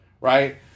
right